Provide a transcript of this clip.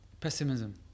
pessimism